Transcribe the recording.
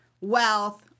wealth